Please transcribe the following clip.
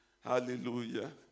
Hallelujah